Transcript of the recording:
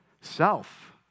Self